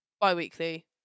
bi-weekly